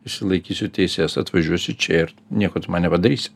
išsilaikysiu teises atvažiuosi čia ir nieko nepadarysi